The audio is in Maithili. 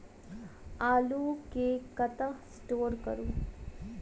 आलु केँ कतह स्टोर करू?